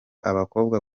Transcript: abakobwa